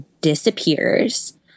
disappears